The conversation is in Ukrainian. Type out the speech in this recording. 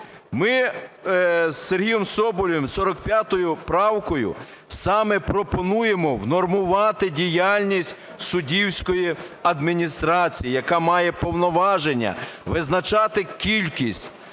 Ми з Сергієм Соболєвим 45 правкою саме пропонуємо внормувати діяльність суддівської адміністрації, яка має повноваження визначати кількість